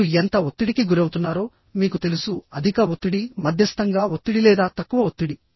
మీరు ఎంత ఒత్తిడికి గురవుతున్నారో మీకు తెలుసు అధిక ఒత్తిడి మధ్యస్తంగా ఒత్తిడి లేదా తక్కువ ఒత్తిడి